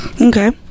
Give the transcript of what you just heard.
Okay